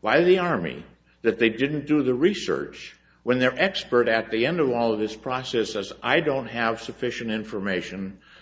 why the army that they didn't do the research when they're expert at the end of all of this process as i don't have sufficient information to